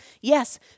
Yes